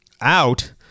out